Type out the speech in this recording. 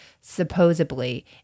supposedly